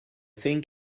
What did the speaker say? thing